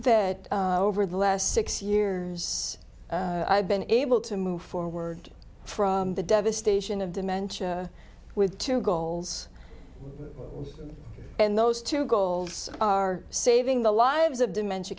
that over the last six years i've been able to move forward from the devastation of dementia with two goals and those two goals are saving the lives of dementia